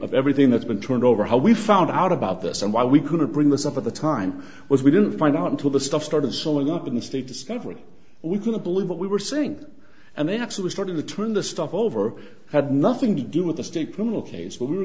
of everything that's been turned over how we found out about this and why we couldn't bring this up at the time was we didn't find out until the stuff started showing up in state discovery we couldn't believe what we were saying and they actually started to turn the stuff over had nothing to do with the state criminal case